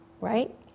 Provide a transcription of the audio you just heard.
right